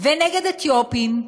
ונגד אתיופים,